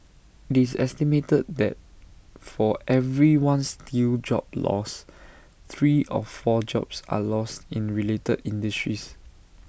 IT is estimated that for every one steel job lost three or four jobs are lost in related industries